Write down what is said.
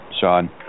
Sean